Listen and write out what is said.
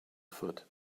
foot